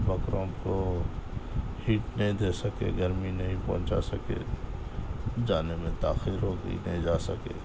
بکروں کو ہیٹ نہیں دے سکے گرمی نہیں پہنچا سکے جانے میں تاخیر ہو گئی نہیں جا سکے